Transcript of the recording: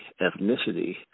ethnicity